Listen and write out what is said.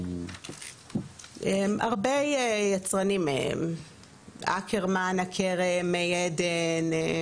הרבה יצרנים: אקרמן, הכרם, מי עדן.